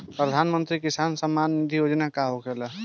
प्रधानमंत्री किसान सम्मान निधि योजना का होखेला?